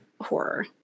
horror